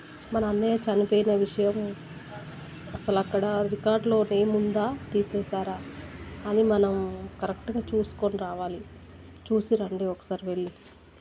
మన అన్నయ్య చనిపోయిన విషయం అసలక్కడ రికార్డ్లో నేముందా తీసేసారా అని మనం కరెక్ట్గా చూసుకొని రావాలి చూసిరండి ఒకసారి వెళ్ళి